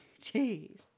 Jeez